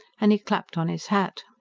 and he clapped on his hat.